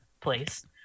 place